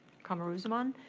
qamruzzaman?